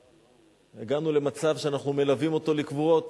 הגענו למצב שאנחנו מלווים אותו לקבורות.